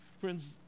Friends